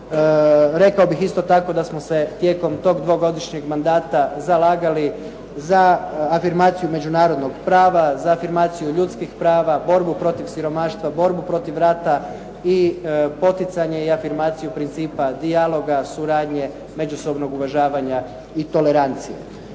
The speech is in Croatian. Rekao bih isto tako da smo se tijekom tog dvogodišnjeg mandata zalagali za afirmaciju međunarodnog prava, za afirmaciju ljudskih prava, borbu protiv siromaštva, borbu protiv rata i poticanje i afirmaciju principa, dijaloga, suradnje, međusobnog uvažavanja i tolerancije.